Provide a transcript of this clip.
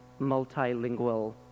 multilingual